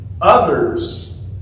others